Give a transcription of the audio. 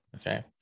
Okay